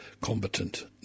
combatant